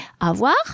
avoir